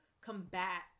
combat